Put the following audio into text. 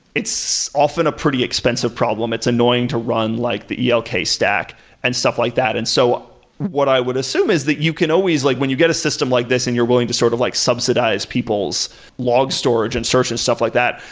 it's often a pretty expensive problem. it's annoying to run, like the yeah elk stack and stuff like that. so what i would assume is that you can always like when you get a system like this and you're going to sort of like subsidize people's log storage and search and stuff like that,